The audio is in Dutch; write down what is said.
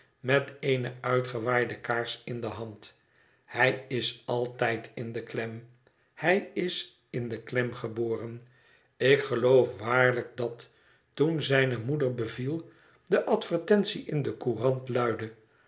met eene uitgewaaide kaars in de hand hij is altijd in de klem hij is in de klem geboren ik geloof waarlijk dat toen zijne moeder beviel de advertentie in de courant luidde